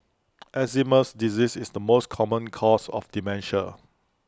Alzheimer's disease is the most common cause of dementia